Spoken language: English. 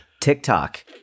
TikTok